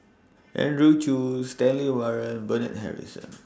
Andrew Chew Stanley Warren Bernard Harrison